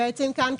בעצם כאן,